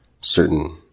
certain